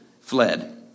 fled